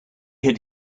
had